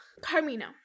carmina